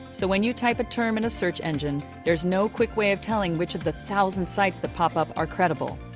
so when you type a term in a search engine there's no quick way of telling which of the thousand sites that pop up are credible.